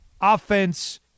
offense